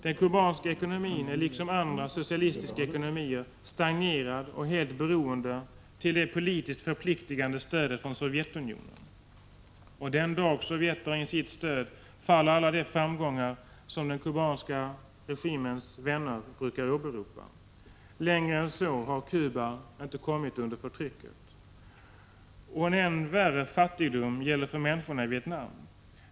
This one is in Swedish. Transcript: Den kubanska ekonomin är liksom andra socialistiska ekonomier stagnerad och helt beroende av det politiskt förpliktigande stödet från Sovjetunionen. Den dag Sovjet drar in sitt stöd faller alla de framgångar som den kubanska regimens vänner brukar åberopa. Längre än så har inte Cuba kommit under förtrycket. En än värre fattigdom gäller för människorna i Vietnam.